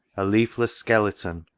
a leafless skeleton.